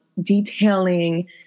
detailing